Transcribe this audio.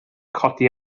codi